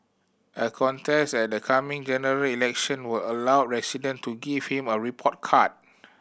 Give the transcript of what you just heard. a contest at the coming General Election would allow resident to give him a report card